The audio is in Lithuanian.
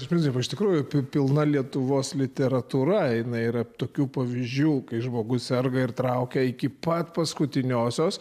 iš principo iš tikrųjų pilna lietuvos literatūra eina yra tokių pavyzdžių kai žmogus serga ir traukia iki pat paskutiniosios